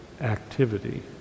activity